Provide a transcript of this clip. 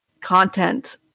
content